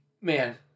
man